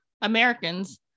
Americans